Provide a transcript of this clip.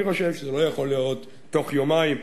אני חושב שזה לא יכול להיות בתוך יומיים.